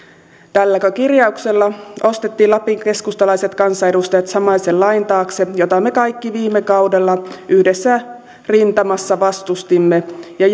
tälläkö kirjauksella ostettiin lapin keskustalaiset kansanedustajat samaisen lain taakse jota me kaikki viime kaudella yhdessä rintamassa vastustimme ja